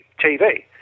TV